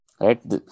right